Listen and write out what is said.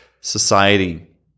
society